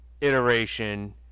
iteration